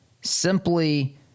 simply